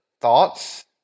thoughts